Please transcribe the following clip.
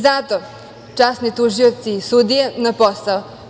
Zato, časni tužioci i sudije, na posao.